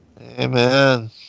amen